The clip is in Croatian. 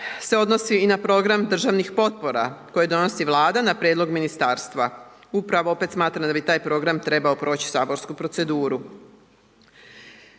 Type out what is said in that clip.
se odnosi i na program državnih potpora koje donosi Vlada na prijedlog Ministarstva. Upravo opet smatram da bi taj program trebao proći saborsku proceduru.